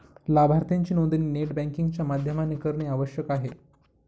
लाभार्थीची नोंदणी net banking च्या माध्यमाने करणे आवश्यक आहे